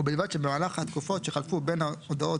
ובלבד שבמהלך התקופות שחלפו בין הודעות